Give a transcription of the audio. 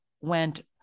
went